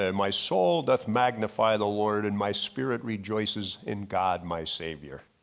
and my soul doth magnify the lord and my spirit rejoices in god my savior.